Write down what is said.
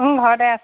ও ঘৰতে আছো